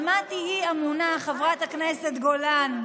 על מה תהיי אמונה, חברת הכנסת גולן?